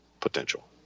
potential